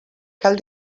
cal